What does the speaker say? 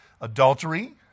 adultery